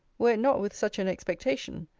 were it not with such an expectation,